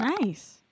nice